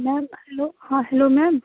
ma'am hello हाँ hello ma'am